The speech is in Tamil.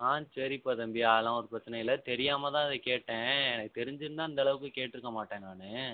ஆ சரிப்பா தம்பி அதெலாம் ஒரு பிரச்சனையும் இல்லை தெரியாமல் தான் அதை கேட்டேன் தெரிஞ்சிருந்தா இந்தளவுக்கு கேட்டுருக்க மாட்டேன் நான்